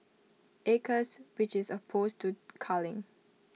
acres which is opposed to culling